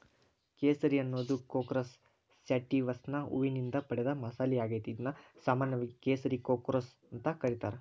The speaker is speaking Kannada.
ಕೇಸರಿ ಅನ್ನೋದು ಕ್ರೋಕಸ್ ಸ್ಯಾಟಿವಸ್ನ ಹೂವಿನಿಂದ ಪಡೆದ ಮಸಾಲಿಯಾಗೇತಿ, ಇದನ್ನು ಸಾಮಾನ್ಯವಾಗಿ ಕೇಸರಿ ಕ್ರೋಕಸ್ ಅಂತ ಕರೇತಾರ